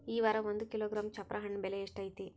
ಈ ವಾರ ಒಂದು ಕಿಲೋಗ್ರಾಂ ಚಪ್ರ ಹಣ್ಣ ಬೆಲೆ ಎಷ್ಟು ಐತಿ?